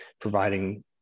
providing